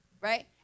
right